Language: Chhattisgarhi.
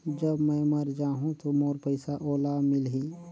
जब मै मर जाहूं तो मोर पइसा ओला मिली?